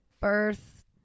birth